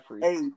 Hey